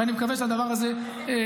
ואני מקווה שהדבר הזה יעבור.